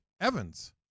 Evans